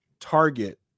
target